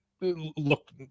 look